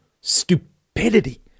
stupidity